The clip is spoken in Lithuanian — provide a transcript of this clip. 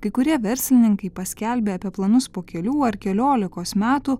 kai kurie verslininkai paskelbė apie planus po kelių ar keliolikos metų